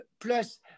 Plus